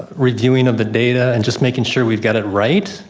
reviewing of the data and just making sure we've got it right.